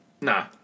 nah